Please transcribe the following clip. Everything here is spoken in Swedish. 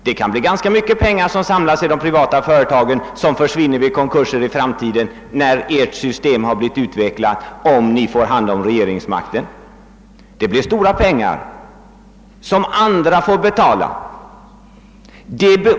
Det kan bli ganska mycket pengar i de privata företagen som försvinner vid konkurser i framtiden när ert system blir utvecklat, om ni får hand om regeringsmakten! Det blir stora pengar som andra får betala!